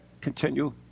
continue